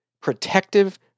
protective